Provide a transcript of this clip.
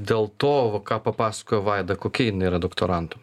dėl to va ką papasakojo vaida kokia jinai yra doktorantų